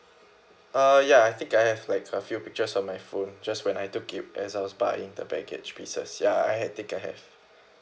uh ya I think I have like a few pictures on my phone just when I took it as I was buying the baggage pieces ya I have I think I have